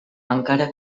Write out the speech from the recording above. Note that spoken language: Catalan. encara